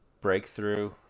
breakthrough